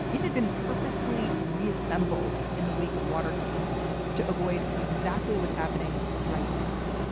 it had been purposefully reassembled in the wake of watergate to avoid exactly what's happening right now